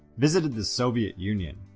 visited the soviet union.